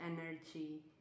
energy